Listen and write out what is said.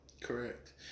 Correct